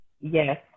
Yes